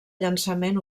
llançament